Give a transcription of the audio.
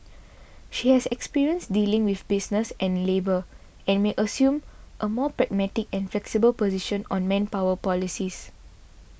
she has experience dealing with business and labour and may assume a more pragmatic and flexible position on manpower policies